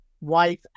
wife